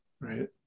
right